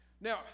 Now